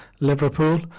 Liverpool